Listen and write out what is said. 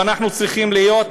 אנחנו צריכים להיות,